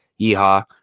Yeehaw